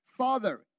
Father